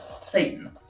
Satan